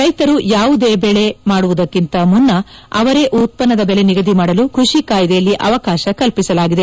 ರೈತರು ಯಾವುದೇ ಬೆಳೆ ಮಾಡುವುದಕ್ಕಿಂತ ಮುನ್ನ ಅವರೇ ಉತ್ವನ್ನದ ಬೆಲೆ ನಿಗದಿ ಮಾಡಲು ಕೃಷಿ ಕಾಯಿದೆಯಲ್ಲಿ ಅವಕಾಶ ಕಲ್ವಿಸಲಾಗಿದೆ